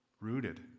rooted